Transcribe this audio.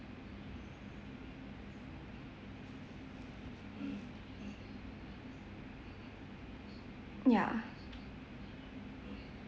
yeah